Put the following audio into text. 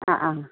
ആ ആ